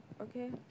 Okay